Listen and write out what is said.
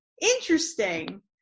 interesting